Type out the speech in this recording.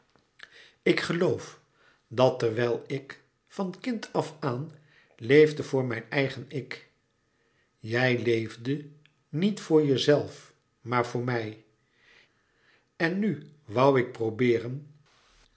ik geloof dat terwijl ik van kind af aan leefde voor mijn eigen ik jij leefde niet voor jezelf maar voor mij en nu woû ik probeeren